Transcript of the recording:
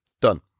done